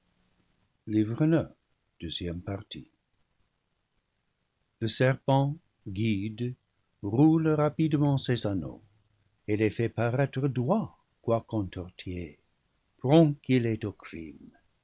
le serpent guide roule rapidement ses anneaux et les fait paraître droits quoique entortillés prompt qu'il est au crime